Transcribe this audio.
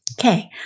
Okay